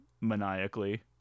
maniacally